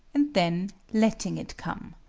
and then letting it come.